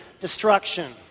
destruction